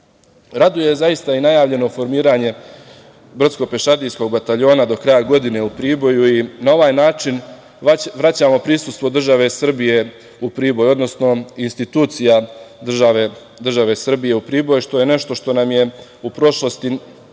zaista i najavljeno formiranje brdsko-pešadijskog bataljona do kraja godine u Priboju i na ovaj način vraćamo prisustvo države Srbije u Priboj, odnosno institucija države Srbije u Priboj što je nešto što nam je u prošlosti nepravedno